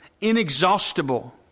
inexhaustible